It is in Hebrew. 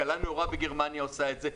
כלכלה נאורה בגרמניה עושה את זה,